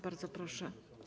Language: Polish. Bardzo proszę.